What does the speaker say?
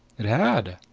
it had.